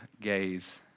gaze